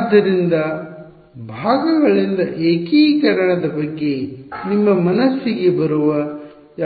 ಆದ್ದರಿಂದ ಭಾಗಗಳಿಂದ ಏಕೀಕರಣದ ಬಗ್ಗೆ ನಿಮ್ಮ ಮನಸ್ಸಿಗೆ ಬರುವ